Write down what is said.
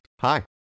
hi